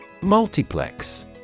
Multiplex